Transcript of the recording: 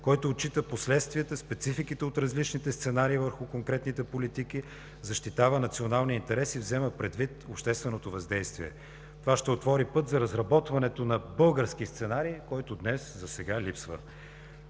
който отчита последствията, спецификите от различните сценарии върху конкретните политики, защитава националния интерес и взема предвид общественото въздействие. Това ще отвори път за разработването на български сценарий, който днес засега липсва.